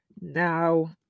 Now